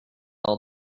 all